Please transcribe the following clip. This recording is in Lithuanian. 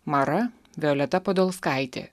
mara violeta podolskaitė